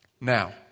Now